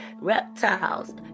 reptiles